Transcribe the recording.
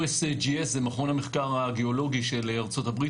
USAGS זה מכון המחקר הגיאולוגי של ארה"ב,